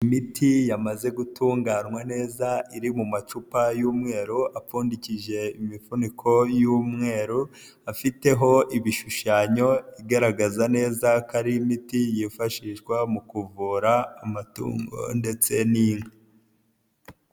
Imiti yamaze gutunganywa neza iri mu macupa y'umweru apfundikije imifuniko y'umweru, afiteho ibishushanyo igaragaza neza ko ari imiti yifashishwa mu kuvura amatungo ndetse n'inka.